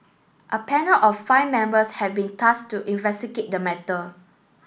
a panel of five members have been tasked to investigate the matter